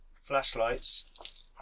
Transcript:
flashlights